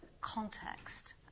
context